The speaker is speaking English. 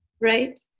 Right